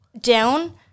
down